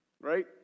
Right